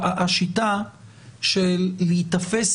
קיבלנו התחייבות